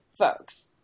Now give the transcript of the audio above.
Folks